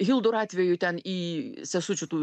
hildur atveju ten į sesučių tų